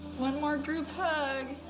one more group hug.